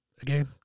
Again